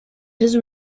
his